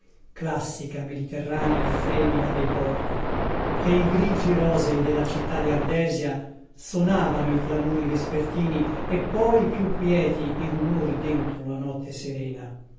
classica mediterranea femmina dei porti pei grigi rosei della città di ardesia sonavano i clamori vespertini e poi più quieti i rumori dentro la notte serena